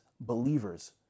believers